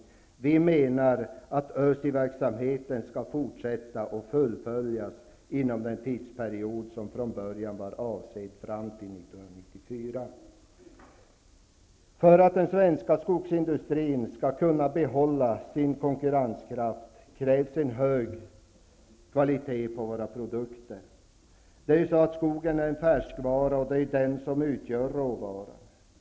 Från Socialdemokraternas sida menar vi att ÖSI verksamheten skall fortsätta och fullföljas inom den tidsperiod som från början var avsedd, nämligen fram till 1994. För att den svenska skogsindustrin skall kunna behålla sin konkurrenskraft krävs hög kvalitet på dess produkter. Skogen är en färskvara. Det är den som utgör råvaran.